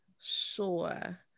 sure